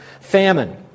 Famine